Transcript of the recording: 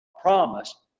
promise